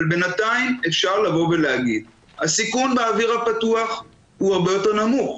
אבל בינתיים אפשר להגיד שהסיכון באוויר הפתוח הוא הרבה יותר נמוך,